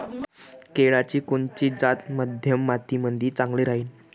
केळाची कोनची जात मध्यम मातीमंदी चांगली राहिन?